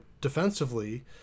defensively